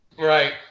Right